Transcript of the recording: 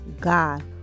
God